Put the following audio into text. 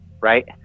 right